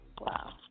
Wow